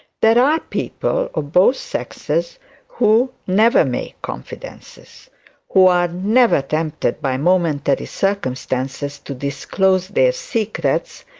there are people of both sexes who never make confidences who are never tempted by momentary circumstances to disclose their secrets.